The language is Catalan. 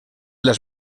dels